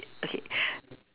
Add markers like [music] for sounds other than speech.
i~ okay [breath]